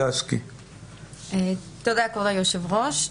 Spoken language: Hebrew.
תודה, כבוד היושב-ראש.